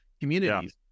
communities